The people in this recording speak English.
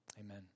Amen